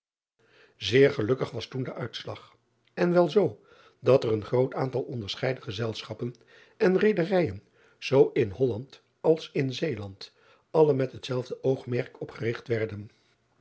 eer gelukkig was toen de uitslag en wel zoo dat er een groot aantal onderscheiden gezelschappen en reederijen zoo in olland als in eeland alle met hetzelfde oogmerk opgerigt werden